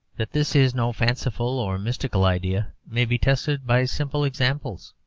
that this is no fanciful or mystical idea may be tested by simple examples.